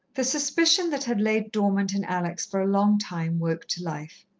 the suspicion that had laid dormant in alex for a long time woke to life.